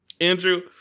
Andrew